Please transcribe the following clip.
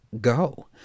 go